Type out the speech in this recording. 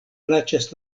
plaĉas